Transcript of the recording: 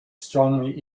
strongly